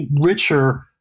richer